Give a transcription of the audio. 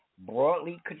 broadly